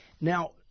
Now